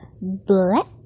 black